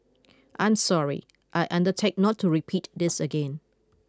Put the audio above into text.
I'm sorry I undertake not to repeat this again